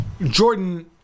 Jordan